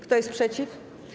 Kto jest przeciw?